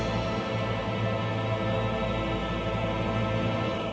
or